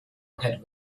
had